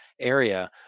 area